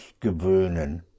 gewöhnen